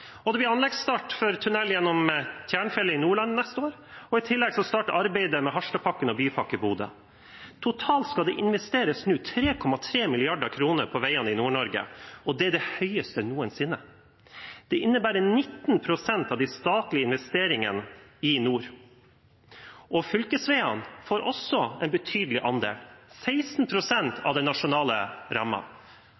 Det blir anleggsstart for tunnel gjennom Tjernfjellet i Nordland neste år, og i tillegg starter arbeidet med Harstadpakken og Bypakke Bodø. Totalt skal det nå investeres 3,3 mrd. kr på veiene i Nord-Norge, og det er det høyeste tallet noensinne. Det innebærer 19 pst. av de statlige investeringene i nord. Fylkesveiene får også en betydelig andel,